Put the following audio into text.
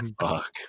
Fuck